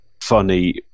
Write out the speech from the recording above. funny